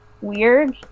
weird